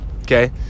okay